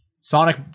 Sonic